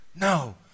No